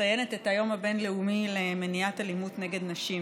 מציינת את היום הבין-לאומי למניעת אלימות נגד נשים.